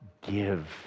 give